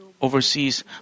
overseas